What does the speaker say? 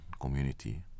community